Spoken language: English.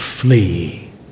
Flee